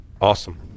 awesome